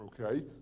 okay